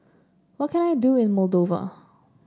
what can I do in Moldova